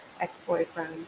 ex-boyfriend